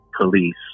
police